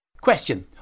Question